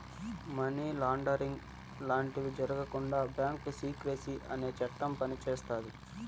money laundering లాంటివి జరగకుండా bank secrecy అనే చట్టం పనిచేస్తాది